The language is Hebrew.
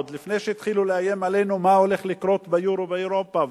עוד לפני שהתחילו לאיים עלינו מה הולך לקרות ביורו באירופה,